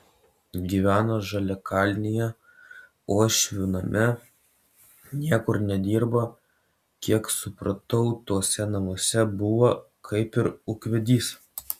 gyveno žaliakalnyje uošvių name niekur nedirbo kiek supratau tuose namuose buvo kaip ir ūkvedys